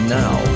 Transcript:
now